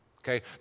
okay